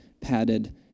padded